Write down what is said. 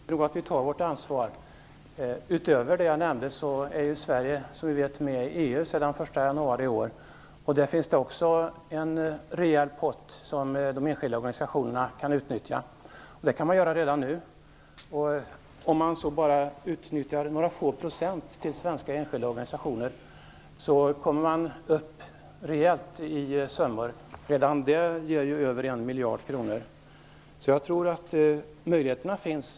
Herr talman! Jag tror att vi tar vårt ansvar. Utöver det jag nämnde är Sverige som vi vet med i EU sedan den 1 januari i år. Där finns det också en rejäl pott som de enskilda organisationerna kan utnyttja. Det kan man göra redan nu. Om man så bara utnyttjade några få procent till svenska enskilda organisationer kommer man upp rejält i summor. Redan det ger över Möjligheterna finns.